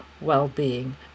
well-being